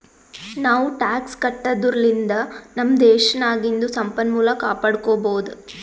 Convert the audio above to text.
ನಾವೂ ಟ್ಯಾಕ್ಸ್ ಕಟ್ಟದುರ್ಲಿಂದ್ ನಮ್ ದೇಶ್ ನಾಗಿಂದು ಸಂಪನ್ಮೂಲ ಕಾಪಡ್ಕೊಬೋದ್